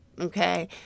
okay